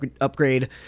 upgrade